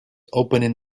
opening